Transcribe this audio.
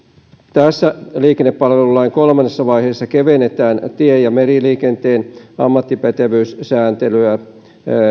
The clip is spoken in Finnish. tässä liikennepalvelulain kolmannessa vaiheessa kevennetään tie ja meriliikenteen ammattipätevyyssääntelyä